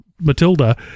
Matilda